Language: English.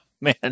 Man